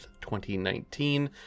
2019